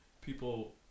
people